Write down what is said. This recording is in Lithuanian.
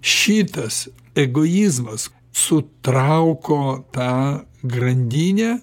šitas egoizmas sutrauko tą grandinę